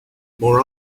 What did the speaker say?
more